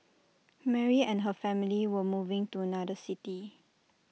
Mary and her family were moving to another city